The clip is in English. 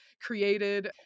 created